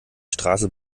straße